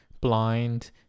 blind